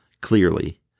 clearly